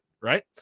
right